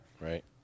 Right